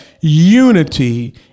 unity